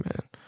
man